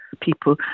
people